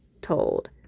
told